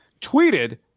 tweeted